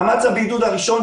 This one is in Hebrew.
מאמץ הבידוד הראשון,